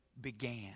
began